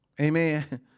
Amen